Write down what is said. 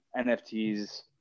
NFTs